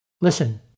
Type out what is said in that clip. Listen